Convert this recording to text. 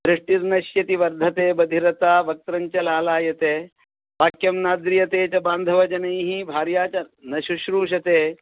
दृष्टिर्नश्यति वर्धते बधिरता वक्त्रं च लालायते वाक्यं नाद्रियते च बान्धवजनैः भार्या च न शुश्रूषते